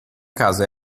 casa